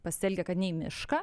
pasielgia kad ne į mišką